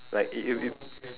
like i~ i~ if